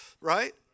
right